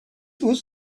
was